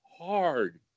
Hard